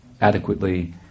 adequately